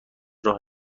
راه